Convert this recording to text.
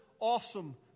awesome